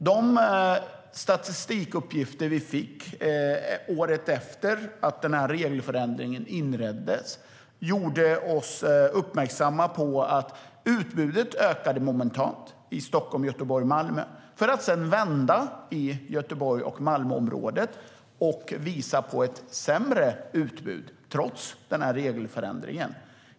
De statistikuppgifter som vi fick året efter det att regelförändringen skedde uppmärksammade oss på att utbudet ökade momentant i Stockholm, Göteborg och Malmö, för att sedan vända i Göteborg och Malmöområdet och visa på ett sämre utbud, trots regelförändringen.